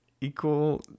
equal